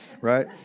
right